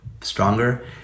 stronger